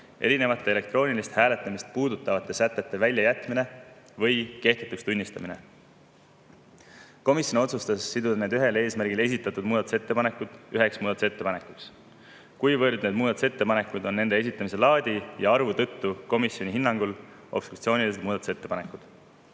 erinevate elektroonilist hääletamist puudutavate sätete väljajätmine või nende kehtetuks tunnistamine. Komisjon otsustas siduda need ühel eesmärgil esitatud muudatusettepanekud üheks muudatusettepanekuks, kuivõrd need muudatusettepanekud on nende esitamise laadi ja arvu tõttu komisjoni hinnangul obstruktsioonilised. Esitamise laadi